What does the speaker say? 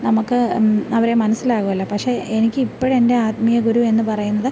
നമുക്ക് അവരെ മനസ്സിലാകുമല്ലോ പക്ഷെ എനിക്ക് ഇപ്പോൾ എൻ്റെ ആത്മീയഗുരു എന്നു പറയുന്നത്